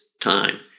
time